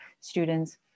students